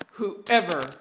Whoever